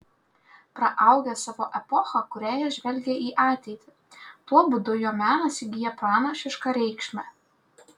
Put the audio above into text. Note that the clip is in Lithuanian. praaugęs savo epochą kūrėjas žvelgia į ateitį tuo būdu jo menas įgyja pranašišką reikšmę